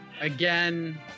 again